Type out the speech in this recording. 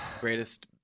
Greatest